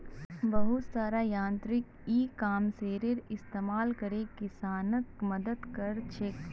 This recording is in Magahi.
बहुत सारा यांत्रिक इ कॉमर्सेर इस्तमाल करे किसानक मदद क र छेक